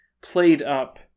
played-up